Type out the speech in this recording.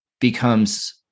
becomes